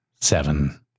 seven